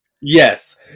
yes